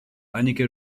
einige